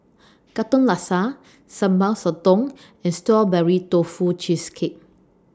Katong Laksa Sambal Sotong and Strawberry Tofu Cheesecake